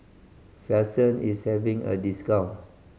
Selsun is having a discount